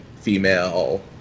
female